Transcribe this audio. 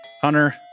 Hunter